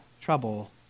trouble